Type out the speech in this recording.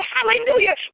Hallelujah